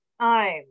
time